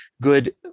good